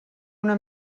una